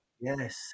Yes